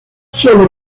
solo